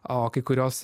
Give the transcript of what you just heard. o kai kuriose